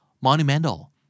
Monumental